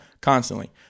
constantly